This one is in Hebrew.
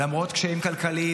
למרות קשיים כלכליים,